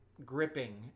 Gripping